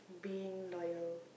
being loyal